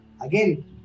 again